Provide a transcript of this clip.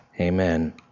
amen